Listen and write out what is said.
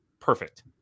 perfect